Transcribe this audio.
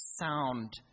sound